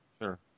Sure